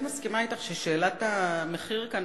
אני בהחלט מסכימה אתך ששאלת המחיר כאן,